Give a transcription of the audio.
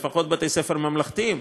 לפחות בתי-הספר ממלכתיים,